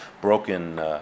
broken